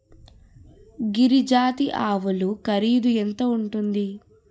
గిరి జాతి ఆవులు ఖరీదు ఎంత ఉంటుంది?